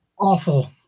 Awful